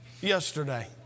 yesterday